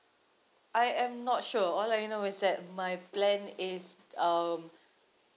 I am not sure all I know is that my plan is um